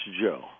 Joe